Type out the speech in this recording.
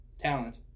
talent